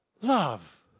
Love